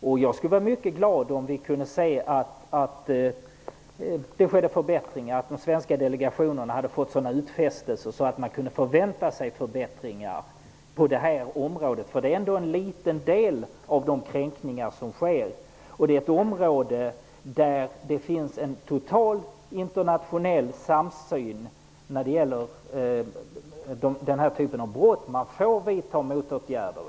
Det skulle glädja mig mycket om vi kunde se att det sker förbättringar och om den svenska delegationen hade fått sådana utfästelser att förbättringar kunde förväntas på området. Det är ändå en liten del av de kränkningar som sker i ett område där det finns en total internationell samsyn när det gäller denna typ av brott. Man får vidta motåtgärder.